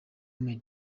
jammeh